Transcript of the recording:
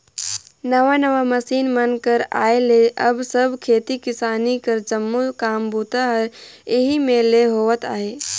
नावा नावा मसीन मन कर आए ले अब सब खेती किसानी कर जम्मो काम बूता हर एही मे ले होवत अहे